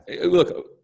look